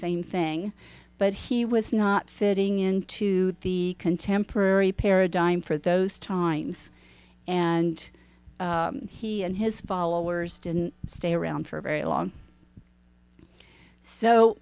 same thing but he was not fitting into the contemporary paradigm for those times and he and his followers didn't stay around for very long so